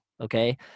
Okay